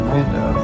window